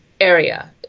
Area